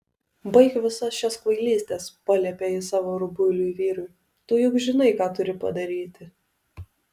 baik visas šias kvailystes paliepė ji savo rubuiliui vyrui tu juk žinai ką turi padaryti